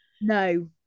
no